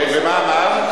כן, ומה אמר?